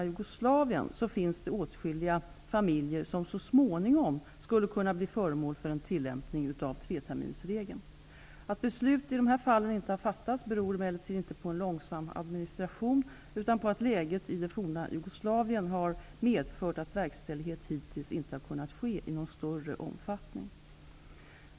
Jugoslavien finns det dock åtskilliga familjer som så småningom skulle kunna bli föremål för en tillämpning av treterminersregeln. Att beslut i dessa fall inte har fattats beror emellertid inte på en långsam administration utan på att läget i det forna Jugoslavien har medfört att verkställighet hittills inte kunnat ske i någon större omfattning.